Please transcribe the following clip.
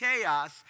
chaos